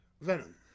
Venom